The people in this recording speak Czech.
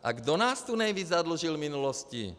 A kdo nás tu nejvíc zadlužil v minulosti?